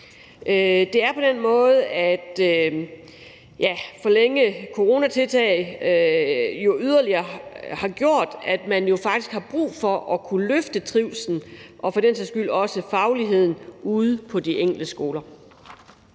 Det er sådan, at de forlængede coronatiltag faktisk har gjort, at man har brug for at kunne løfte trivslen og for den sags skyld også fagligheden ude på de enkelte skoler.